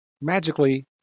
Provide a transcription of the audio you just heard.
magically